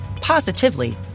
positively